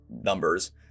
numbers